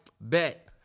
Bet